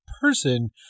person